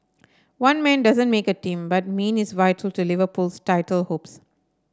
one man doesn't make a team but Mane is vital to Liverpool's title hopes